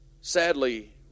sadly